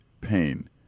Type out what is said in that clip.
pain